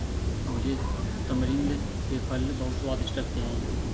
मुझे तमरिंद के फल बहुत स्वादिष्ट लगते हैं